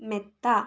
മെത്ത